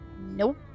Nope